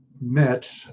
met